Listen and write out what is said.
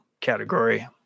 category